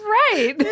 right